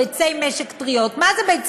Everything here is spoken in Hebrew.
"ביצי משק טריות"